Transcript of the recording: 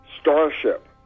Starship